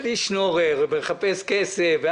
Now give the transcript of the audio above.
אני שנורר, מחפש כסף....